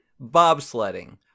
bobsledding